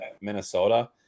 Minnesota